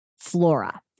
flora